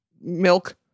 milk